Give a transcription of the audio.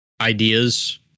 ideas